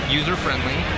user-friendly